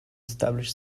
establish